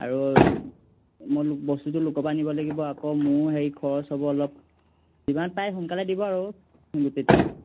আৰু মই বস্তুটো লোকৰ পৰা আনিব লাগিব আকৌ মোৰ হেৰি খৰচ হ'ব অলপ যিমান পাৰে সোনকালে দিব আৰু গোটেইটো